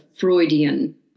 Freudian